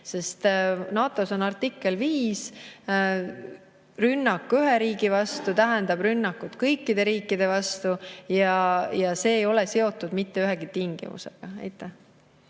sest NATO‑s on artikkel 5, mille järgi rünnak ühe riigi vastu tähendab rünnakut kõikide riikide vastu, ja see ei ole seotud mitte ühegi tingimusega. Aitäh!